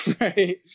Right